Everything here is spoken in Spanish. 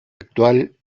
actual